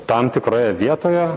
tam tikroje vietoje